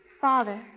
Father